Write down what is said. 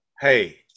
hey